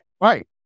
right